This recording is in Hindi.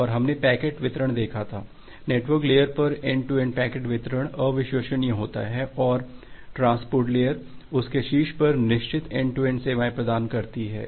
और हमने पैकेट वितरण देखा था नेटवर्क लेयर पर एन्ड टू एन्ड पैकेट वितरण अविश्वसनीय होता है और ट्रांसपोर्ट लेयर उस के शीर्ष पर निश्चित एन्ड टू एन्ड सेवाएं प्रदान करती है